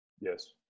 yes